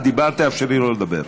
את דיברת, תאפשרי לו לדבר.